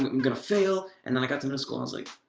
but i'm gonna fail and then i got to miss schools like